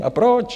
A proč?